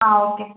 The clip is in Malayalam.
ആ ഓക്കെ